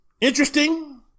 Interesting